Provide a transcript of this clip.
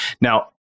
Now